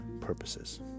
purposes